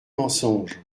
mensonges